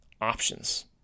options